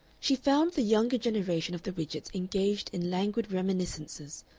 she found the younger generation of the widgetts engaged in languid reminiscences,